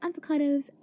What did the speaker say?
avocados